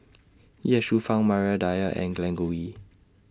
Ye Shufang Maria Dyer and Glen Goei